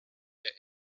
der